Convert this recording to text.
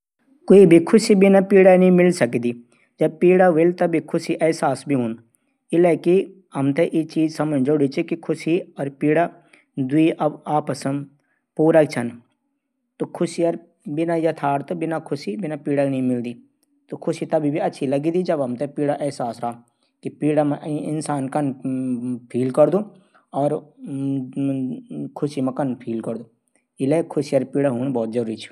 प्रोद्योगिकी स भैर निकल डिजिटल दुनिया से भैर निकल भी जरूरी यांक असर हमरू स्वास्थ्य पर पडदू। नींद मा कमी। परिवार दगड समय नी बितादां लोग। आजकल शभी काम डिजिटल द्वारा ही हूदन इले पूरी तरह भी प्रोद्योगिकी से भैर भी नी निकले सकदूह